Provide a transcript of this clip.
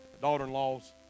daughter-in-laws